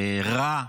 רע,